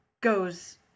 goes